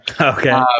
okay